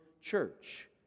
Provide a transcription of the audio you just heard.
church